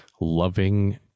loving